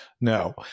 No